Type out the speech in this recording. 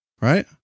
Right